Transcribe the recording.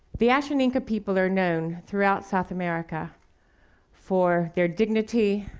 the ashaninka people are known throughout south america for their dignity,